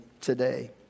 today